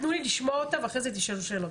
תנו לי לשמוע אותה ואחרי זה תשאלו שאלות.